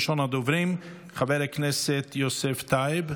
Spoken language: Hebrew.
ראשון הדוברים, חבר הכנסת יוסף טייב,